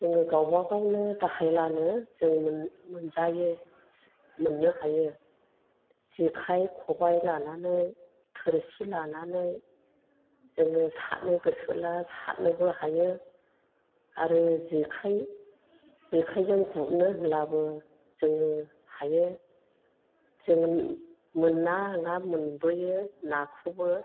जोङो गावबागावनो दाहायलानो जों मोनजायो मोननो हायो जेखाइ खबाइ लानानै थोरसि लानानै जोङो साथनो गोसोला साथनोबो हायो आरो जिखाइ जेखाइजों गुथनो होनलाबो जोङो हायो जोङो मोनना नोङा मोनबोयो नाखौबो